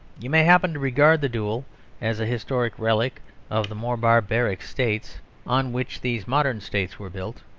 you may happen to regard the duel as a historic relic of the more barbaric states on which these modern states were built.